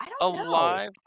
alive